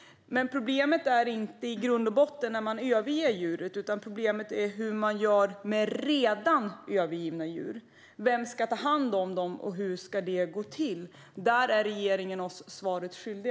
Problemet är inte i grund och botten att förhindra att djur överges, utan problemet är hur man gör med redan övergivna djur. Vem ska ta hand om dem, och hur ska det gå till? Där är regeringen oss svaret skyldig.